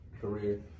career